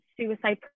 suicide